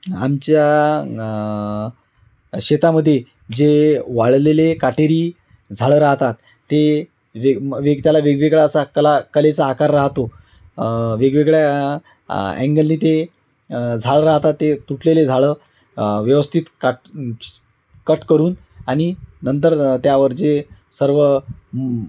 आमच्या शेतामध्ये जे वाढलेले काटेरी झाडं राहतात ते वेग वेग त्याला वेगवेगळा असा कला कलेचा आकार राहतो वेगवेगळ्या अँंगलनी ते झाडं राहतात ते तुटलेले झाडं व्यवस्थित काट कट करून आणि नंतर त्यावर जे सर्व